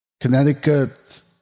Connecticut